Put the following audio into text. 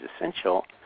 essential